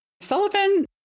Sullivan